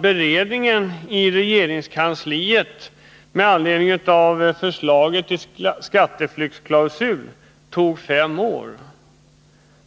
Beredningen i regeringskansliet med anledning av förslaget om en skatteflyktsklausul tog fem år.